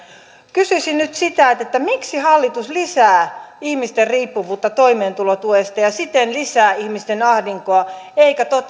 kysyisin nyt miksi hallitus lisää ihmisten riippuvuutta toimeentulotuesta ja siten lisää ihmisten ahdinkoa eikä